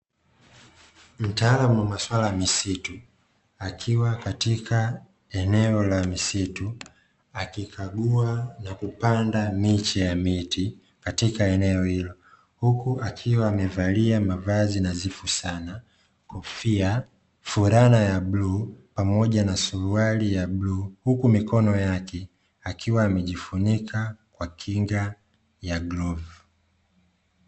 Mtaalamu wa masuala ya misitu akiwa katika eneo la misitu, akikagua na kupanda miche ya miti katika eneo hilo. Huku akiwa amevalia mavazi nadhifu sana, kofia, fulana ya bluu, pamoja na suruali ya bluu. Huku mikono yake akiwa amejifunika kwa kinga ya glavu.